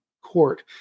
court